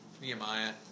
Nehemiah